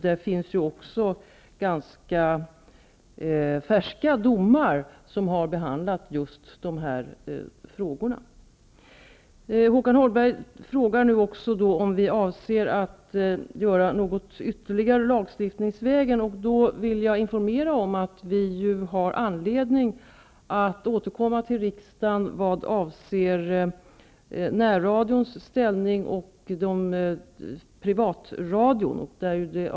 Där finns ju också ganska färska domar som har be handlat de här frågorna. Nu frågar Håkan Holmberg också om vi avser att göra något ytterligare lag stiftningsvägen. Då vill jag informera om att vi har anledning att återkomma till riksdagen vad avser närradions och privatradions ställning.